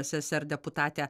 ssr deputatę